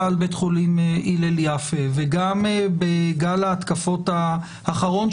על בית חולים הלל יפה וגם בגל ההתקפות האחרון,